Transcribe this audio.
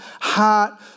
heart